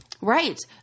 Right